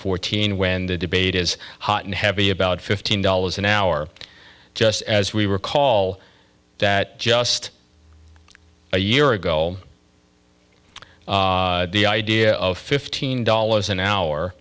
fourteen when the debate is hot and heavy about fifteen dollars an hour just as we recall that just a year ago the idea of fifteen dollars an hour